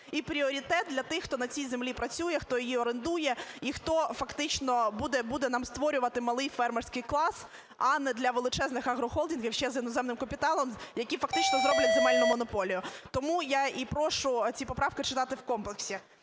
і пріоритет для тих, хто на цій землі працює, хто її орендує і хто фактично буде нам створювати малий фермерський клас. А не для величезних агрохолдингів ще й з іноземним капіталом, які фактично зроблять земельну монополію. Тому я і прошу ці поправки читати в комплексі.